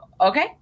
okay